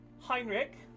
Heinrich